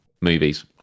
movies